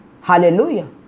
Hallelujah